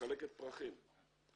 מחלקת פרחים.